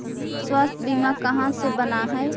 स्वास्थ्य बीमा कहा से बना है?